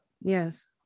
Yes